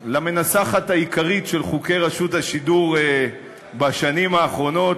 למנסחת העיקרית של חוקי רשות השידור בשנים האחרונות,